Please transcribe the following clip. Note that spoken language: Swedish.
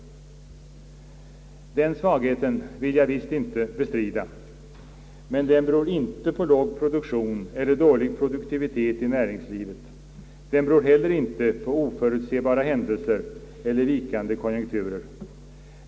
Den svagheten vill jag visst inte bestrida, men den beror inte på låg produktion eller dålig produk tivitet i näringslivet, den beror inte heller på oförutsebara händelser eller vikande konjunkturer.